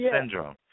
syndrome